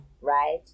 right